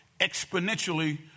exponentially